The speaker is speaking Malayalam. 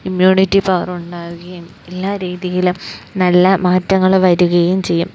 ഇമ്മ്യൂണിറ്റി പവർ ഉണ്ടാവുകയും എല്ലാ രീതിയിലും നല്ല മാറ്റങ്ങള് വരികയും ചെയ്യും